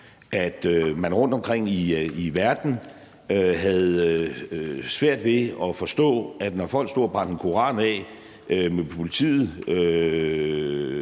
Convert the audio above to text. at man rundtomkring i verden havde svært ved at forstå, at når folk stod og brændte en koran af under